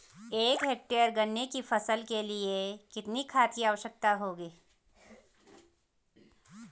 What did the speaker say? एक हेक्टेयर गन्ने की फसल के लिए कितनी खाद की आवश्यकता होगी?